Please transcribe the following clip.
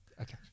okay